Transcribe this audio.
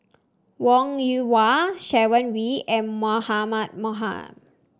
Wong Yoon Wah Sharon Wee and Mahmud Ahmad